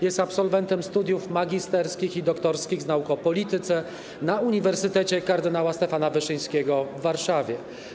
Jest absolwentem studiów magisterskich i doktorskich z nauk o polityce na Uniwersytecie Kardynała Stefana Wyszyńskiego w Warszawie.